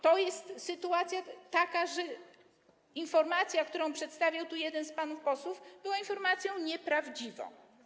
To jest taka sytuacja, że informacja, którą przedstawił tu jeden z panów posłów, była informacją nieprawdziwą.